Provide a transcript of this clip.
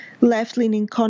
left-leaning